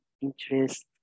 interest